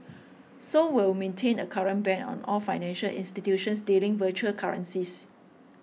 Seoul will maintain a current ban on all financial institutions dealing virtual currencies